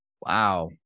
Wow